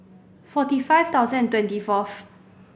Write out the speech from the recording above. forty five thousand and twenty fourth